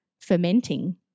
fermenting